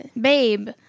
Babe